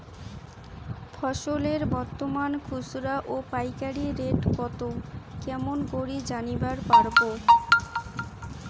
ফসলের বর্তমান খুচরা ও পাইকারি রেট কতো কেমন করি জানিবার পারবো?